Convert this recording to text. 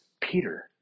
Peter